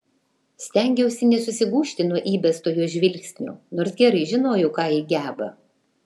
stengiausi nesusigūžti nuo įbesto jos žvilgsnio nors gerai žinojau ką ji geba